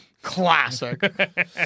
Classic